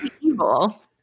evil